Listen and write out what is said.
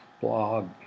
blog